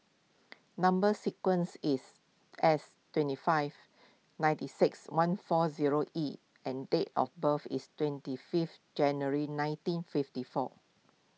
Number Sequence is S twenty five ninety six one four zero E and date of birth is twenty fifth January nineteen fifty four